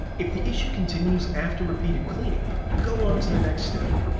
if the issue continues after repeated cleaning, go on to the next step.